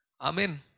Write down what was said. Amen